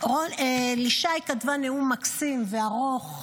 לישי כתבה נאום מקסים וארוך,